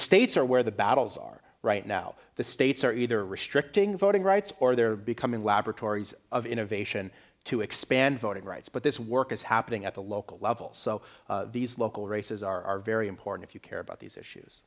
states are where the battles are right now the states are either restricting voting rights or they're becoming laboratories of innovation to expand voting rights but this work is happening at the local level so these local races are very important if you care about these issues